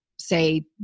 say